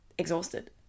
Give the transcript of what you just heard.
Exhausted